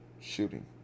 Shooting